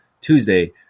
Tuesday